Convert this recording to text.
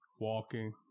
Walking